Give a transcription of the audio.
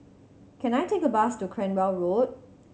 can I take a bus to Cranwell Road